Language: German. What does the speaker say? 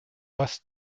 was